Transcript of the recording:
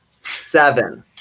seven